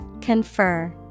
Confer